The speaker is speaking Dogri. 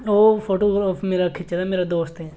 ओह् फोटोग्राफ मेरे खिच्चे दा मेरे दोस्तें